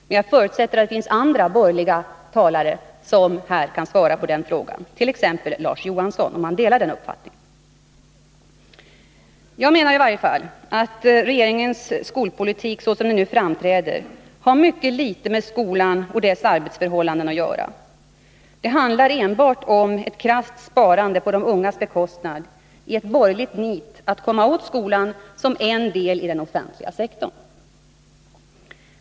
Jag förutsätter emellertid att det finns andra borgerliga talare som kan svara på den frågan, t.ex. Larz Lohansson. Delar han denna 161 uppfattning? Jag menar att regeringens skolpolitik, såsom den nu framträder, har mycket litet med skolan och dess arbetsförhållanden att göra. Det handlar enbart om ett krasst sparande på de ungas bekostnad i ett borgerligt nit att komma åt skolan som en del av den offentliga sektorn.